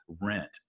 rent